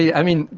yeah i mean,